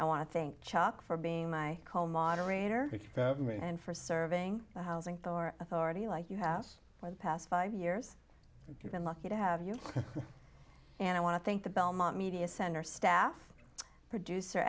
i want to think chuck for being my home moderator and for serving the housing for authority like you have for the past five years you've been lucky to have you and i want to thank the belmont media center staff producer